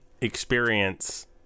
experience